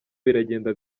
biragenda